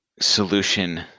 solution